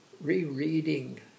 rereading